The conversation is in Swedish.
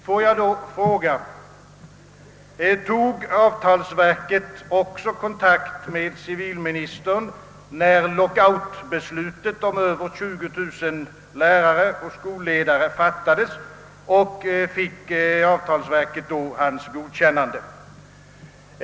Får jag då fråga: Tog avtalsverket också kontakt med civilministern, när lockoutbeslutet rörande över 20 000 lärare och skolledare fattades, och fick avtalsverket då civilministerns godkännande?